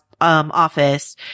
office